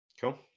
Cool